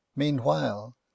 meanwhile